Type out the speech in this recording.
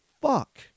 fuck